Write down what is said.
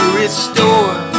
restore